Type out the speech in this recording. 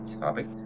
topic